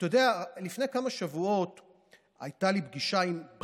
כי כולם הבינו את החשיבות של הגנה על נשים נפגעות אלימות,